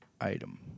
item